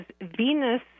Venus